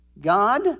God